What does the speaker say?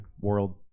World